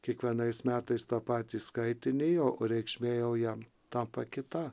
kiekvienais metais tą patį skaitinį o reikšmė jau jam tampa kita